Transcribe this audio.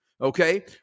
Okay